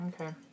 Okay